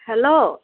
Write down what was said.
hello